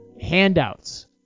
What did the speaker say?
handouts